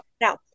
now